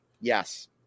Yes